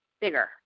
bigger